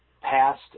past